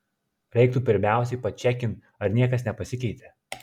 reiktų pirmiausiai pačekint ar niekas nepasikeitė